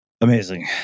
amazing